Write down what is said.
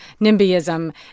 NIMBYism